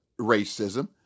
racism